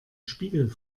spiegel